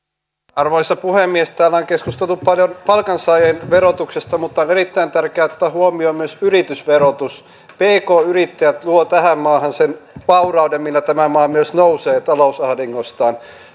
arvoisa puhemies täällä on keskusteltu paljon palkansaajien verotuksesta mutta on erittäin tärkeää ottaa huomioon myös yritysverotus pk yrittäjät luovat tähän maahan sen vaurauden millä tämä maa myös nousee talousahdingostaan